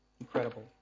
Incredible